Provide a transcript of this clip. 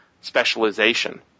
specialization